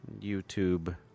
YouTube